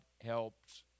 helps